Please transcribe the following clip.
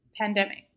pandemic